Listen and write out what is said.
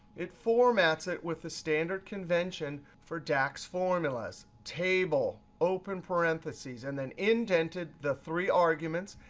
it formats it with the standard convention for dax formulas. table, open parentheses, and then indented the three arguments,